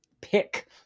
pick